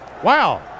Wow